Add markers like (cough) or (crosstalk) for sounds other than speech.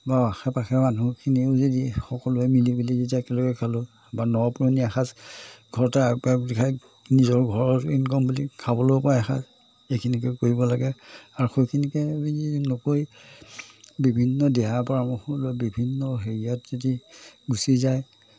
বা আশে পাশে মানুহখিনিও যদি সকলোৱে মিলি মিলি একেলগে খালোঁ বা নপুৰণি এসাজ ঘৰতে (unintelligible) নিজৰ ঘৰৰ ইনকম বুলি খাবলৈ পাই এসাজ এইখিনিকে কৰিব লাগে আৰু সৈইখিনিকে নকৰি বিভিন্ন দিহা পৰামৰ্শ বা বিভিন্ন হেৰিয়াত যদি গুচি যায়